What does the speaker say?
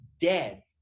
dead